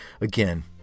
again